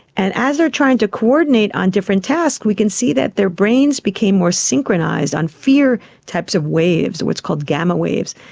and as they are trying to coordinate on different tasks, we can see that their brains became more synchronised on fear types of waves, what's called gamma waves,